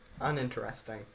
uninteresting